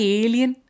alien